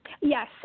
Yes